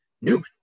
Newman